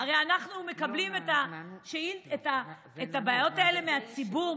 הרי אנחנו מקבלים את הבעיות האלה מהציבור,